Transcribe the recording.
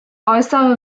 äußere